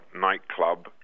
nightclub